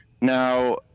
Now